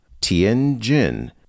tianjin